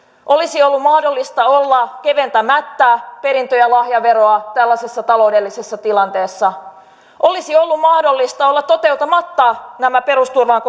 olisi ollut mahdollista olla keventämättä perintö ja lahjaveroa tällaisessa taloudellisessa tilanteessa olisi ollut mahdollista olla toteuttamatta näitä perusturvaan